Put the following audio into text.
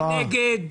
מי נגד?